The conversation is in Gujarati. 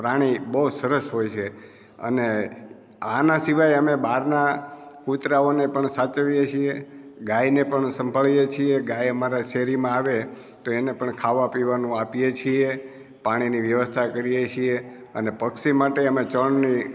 પ્રાણી બહુ સરસ હોય છે અને આના સિવાય અમે બહારના કુતરાઓને પણ સાચવીએ છીએ ગાયને પણ સંભાળીએ છીએ ગાય અમારા શેરીમાં આવે તો એને પણ ખાવા પીવાનું આપીએ છીએ પાણીની વ્યવસ્થા કરીએ છીએ અને પક્ષી માટે અમે ચણની